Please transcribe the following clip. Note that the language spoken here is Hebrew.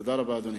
תודה רבה, אדוני.